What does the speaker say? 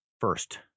First